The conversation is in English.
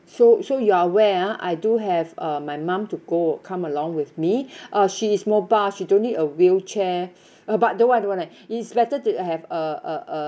so so you're aware ah I do have uh my mum to go come along with me uh she is mobile she don't need a wheelchair uh but don't want don't want leh it's better to have a a a